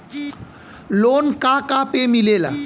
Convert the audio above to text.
Loan का का पे मिलेला?